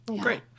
Great